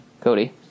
Cody